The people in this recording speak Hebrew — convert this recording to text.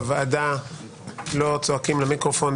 בוועדה לא צועקים למיקרופון,